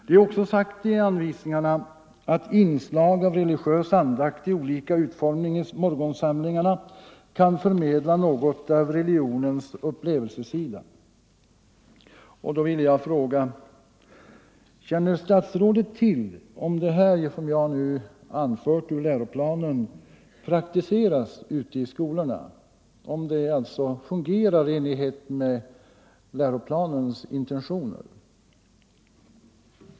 Det är också sagt i anvisningarna att inslag av religiös andakt i olika utformning i morgonsamlingarna kan förmedla något av religionens upplevelsesida. Då vill jag fråga: Känner statsrådet till om det som jag nu anfört ur läroplanen praktiseras ute i skolorna, om det alltså fungerar i enlighet med läroplanens intentioner?